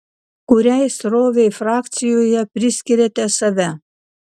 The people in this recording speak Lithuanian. kuriai srovei frakcijoje priskiriate save